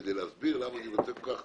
כדי להסביר למה אני כל כך